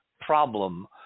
problem